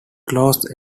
close